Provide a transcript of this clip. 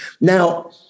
Now